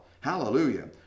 hallelujah